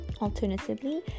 Alternatively